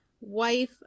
wife